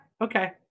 okay